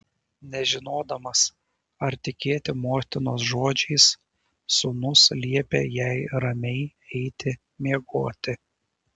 nežinodamas ar tikėti motinos žodžiais sūnus liepė jai ramiai eiti miegoti